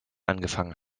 angefangen